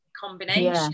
combination